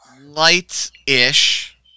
light-ish